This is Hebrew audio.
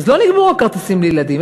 אז לא נגמרו הכרטיסים לילדים.